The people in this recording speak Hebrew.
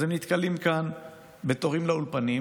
אז הם נתקלים כאן בתורים לאולפנים.